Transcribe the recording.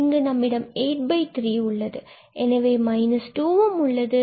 இங்கு நம்மிடம் 83 உள்ளது எனவே 2 ஆகியவை உள்ளது